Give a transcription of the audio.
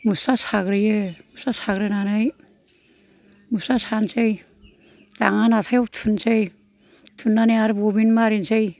मुस्रा साग्रोयो मुस्रा साग्रोनानै मुस्रा सानसै दाङानाथायाव थुनसै आरो थुननानै बबिन मारिनसै